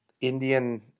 Indian